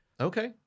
Okay